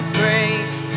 praise